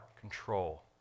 control